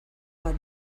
bat